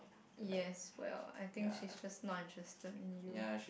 yes well I think she's just not interested in you